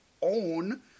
own